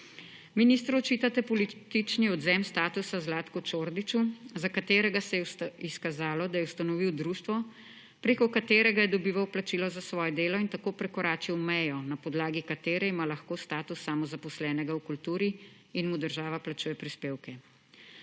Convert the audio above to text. Ministru očitate politični odvzem statusa Zlatku Čordiću, za katerega se je izkazalo, da je ustanovil društvo, preko katerega je dobival plačilo za svoje delo in tako prekoračil mejo, na podlagi katere ima lahko status samozaposlenega v kulturi in mu država plačuje prispevke.